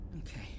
Okay